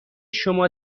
شما